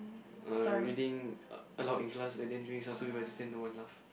err reading aloud in class and then doing some stupid voices then no one laugh